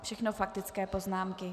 Všechno faktické poznámky.